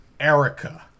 Erica